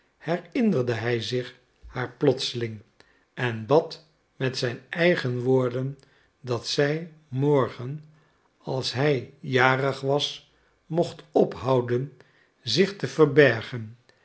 herinnerde hij zich haar plotseling en bad met zijn eigen woorden dat zij morgen als hij jarig was mocht ophouden zich te verbergen